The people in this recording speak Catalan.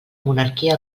monarquia